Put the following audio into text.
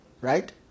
Right